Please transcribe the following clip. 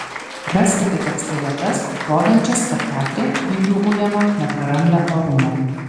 raskite tekste vietas rodančias kad katrė vingių ujama nepraranda orumo